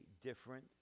different